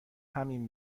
همین